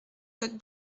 côte